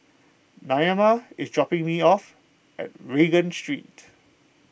Naima is dropping me off at Regent Street